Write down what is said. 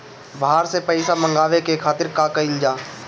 बाहर से पइसा मंगावे के खातिर का कइल जाइ?